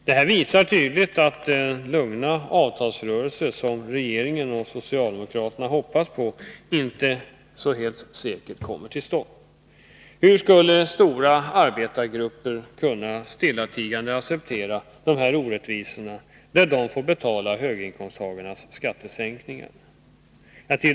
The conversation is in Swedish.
Detta visar tydligt att den lugna avtalsrörelse som regeringen och socialdemokraterna hoppats på inte så säkert kommer till stånd. Hur skulle stora arbetargrupper kunna stillatigande acceptera dessa orättvisor, där de får betala höginkomsttagarnas skattesänkningar?